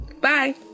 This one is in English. bye